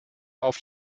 auf